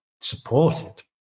supported